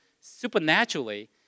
supernaturally